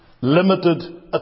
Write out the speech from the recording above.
limited